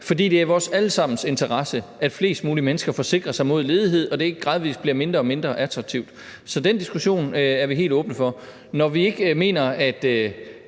for det er i vores alle sammens interesse, at flest mulige mennesker forsikrer sig mod ledighed og det ikke gradvis bliver mindre og mindre attraktivt. Så den diskussion er vi helt åbne for. Når vi ikke mener, at